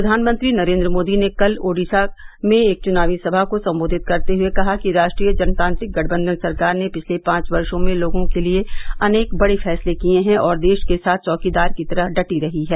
प्रधानमंत्री नरेन्द्र मोदी ने कल ओड़िश में एक चुनावी सभा को सम्बोधित करते हुए कहा कि राष्ट्रीय जनतांत्रिक गठबंधन सरकार ने पिछले पांच वर्षों में लोगों के लिए अनेक बड़े फैसले किए हैं और देश के साथ चौकीदार की तरह डटी रही है